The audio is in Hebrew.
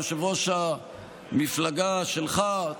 יושב-ראש המפלגה שלך,